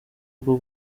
bwo